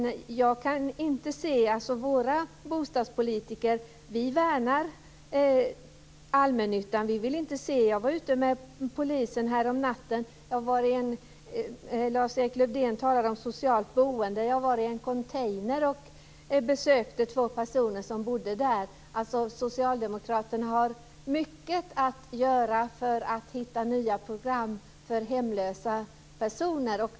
Våra bostadspolitiker värnar allmännyttan. Jag var ute med polisen häromnatten. Lars-Erik Lövdén talar om socialt boende. Jag var i en container och besökte två personer som bodde där. Socialdemokraterna har mycket att göra för att hitta nya program för hemlösa personer.